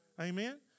Amen